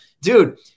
Dude